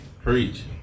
Preach